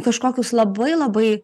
kažkokius labai labai